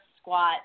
squat